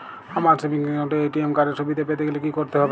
আমার savings account এ ATM card এর সুবিধা পেতে গেলে কি করতে হবে?